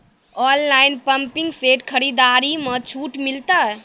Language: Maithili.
ऑनलाइन पंपिंग सेट खरीदारी मे छूट मिलता?